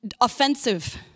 offensive